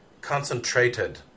Concentrated